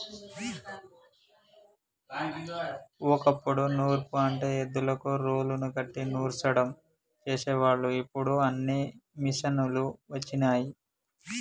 ఓ కప్పుడు నూర్పు అంటే ఎద్దులకు రోలుని కట్టి నూర్సడం చేసేవాళ్ళు ఇప్పుడు అన్నీ మిషనులు వచ్చినయ్